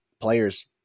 players